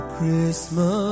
Christmas